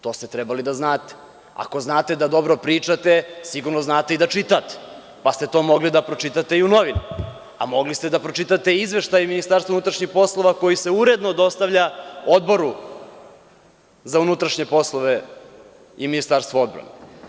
To ste trebali da znate, ako znate da dobro pričate, sigurno znate i da čitate, pa ste to mogli da pročitate i u novinama, a mogli ste da pročitate i izveštaj MUP koji se uredno dostavlja Odboru za unutrašnje poslove i Ministarstvu odbrane.